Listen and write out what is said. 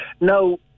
no